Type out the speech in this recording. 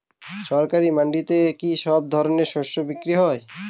সরকারি মান্ডিতে কি সব ধরনের শস্য বিক্রি হয়?